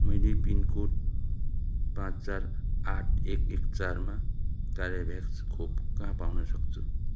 मैले पिनकोड पाँच चार आठ एक एक चारमा कार्बेभ्याक्स खोप कहाँ पाउन सक्छु